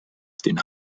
den